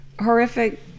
horrific